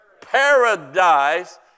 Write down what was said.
Paradise